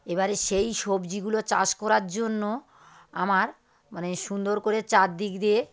এবারে সেই সবজিগুলো চাষ করার জন্য আমার মানে সুন্দর করে চারদিক দিয়ে